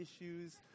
issues